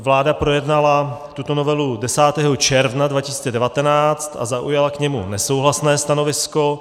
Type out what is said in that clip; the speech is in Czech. Vláda projednala tuto novelu 10. června 2019 a zaujala k ní nesouhlasné stanovisko.